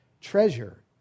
treasure